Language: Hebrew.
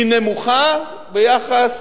נמוכה ביחס